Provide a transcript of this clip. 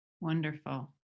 Wonderful